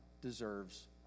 deserves